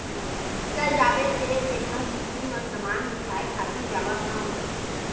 चल जाबे तें मेंहा किस्ती म समान बिसाय खातिर जावत हँव